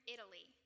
Italy